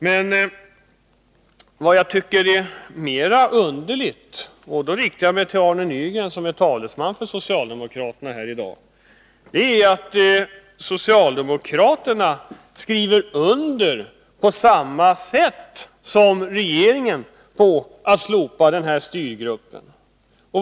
Men vad jag tycker är mer underligt, och då riktar jag mig till Arne Nygren, som är talesman för socialdemokraterna här i dag, är att socialdemokraterna på samma sätt som regeringen har skrivit under på att slopa styrgruppen.